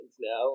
now